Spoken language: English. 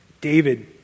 David